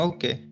Okay